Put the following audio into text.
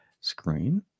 screen